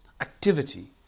activity